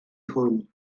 hwn